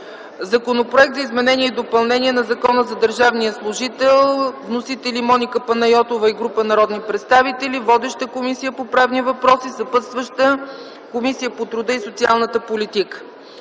Законопроект за изменение и допълнение на Закона за държавния служител, вносители Моника Панайотова и група народни представители. Водеща е Комисията по правни въпроси, съпътстваща е Комисията по труда и социалната политика;